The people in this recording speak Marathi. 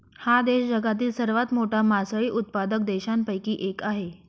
हा देश जगातील सर्वात मोठा मासळी उत्पादक देशांपैकी एक आहे